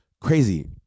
Crazy